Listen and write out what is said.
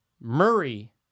Murray